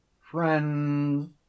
friends